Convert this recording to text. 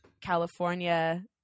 California